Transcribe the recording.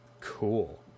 Cool